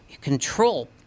control